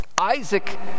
Isaac